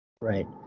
right